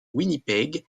winnipeg